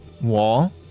wall